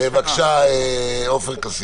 בבקשה, עופר כסיף.